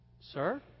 sir